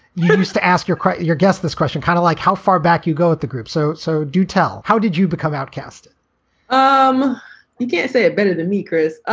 used to ask your your guests this question, kind of like how far back you go with the group. so so do tell. how did you become outcast um you can't say it better to meeker's. ah